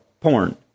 porn